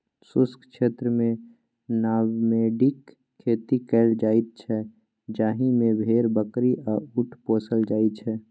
शुष्क क्षेत्रमे नामेडिक खेती कएल जाइत छै जाहि मे भेड़, बकरी आ उँट पोसल जाइ छै